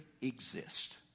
exist